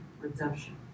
redemption